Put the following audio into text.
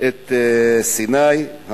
את סיני,